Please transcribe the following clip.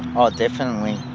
oh definitely.